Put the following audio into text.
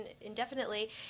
indefinitely